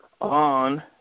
On